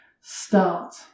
start